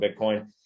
Bitcoin